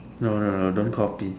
no no no don't copy